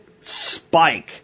spike